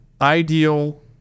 ideal